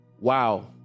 Wow